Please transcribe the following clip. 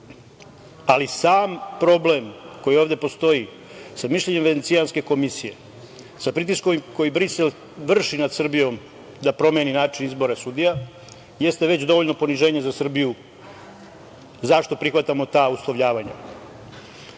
ali sam problem koji ovde postoji sa mišljenjem Venecijanske komisije, sa pritiskom koji Brisel vrši nad Srbijom da promeni način izbora sudija, jeste već dovoljno poniženje za Srbiju zašto prihvatamo ta uslovljavanja. Politika